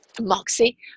Moxie